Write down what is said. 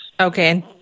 Okay